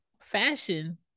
fashion